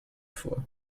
for